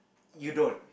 you don't